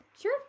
Sure